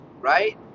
right